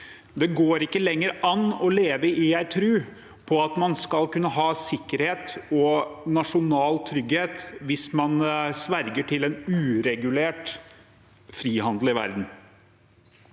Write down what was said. Det går ikke lenger an å leve i en tro på at man skal kunne ha sikkerhet og nasjonal trygghet hvis man sverger til en uregulert frihandel i verden.